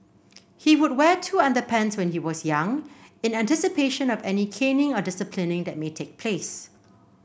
he would wear two underpants when he was young in anticipation of any caning or disciplining that may take place